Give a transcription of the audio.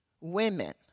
women